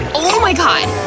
oh my god.